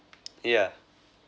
yeah